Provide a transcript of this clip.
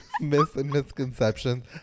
misconceptions